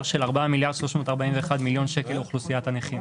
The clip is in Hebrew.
סך של 4 מיליארד ו-341 מיליון שקלים לאוכלוסיית הנכים.